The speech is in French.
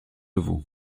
vous